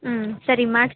ಊಂ ಸರಿ ಮಾಡ್ಸಿ